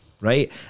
right